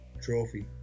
trophy